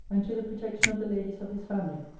and to the protection of the ladies of his family.